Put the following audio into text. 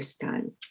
time